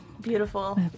Beautiful